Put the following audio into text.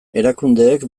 erakundeek